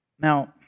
Now